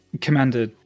commander